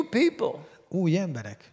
people